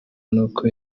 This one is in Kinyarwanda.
n’uko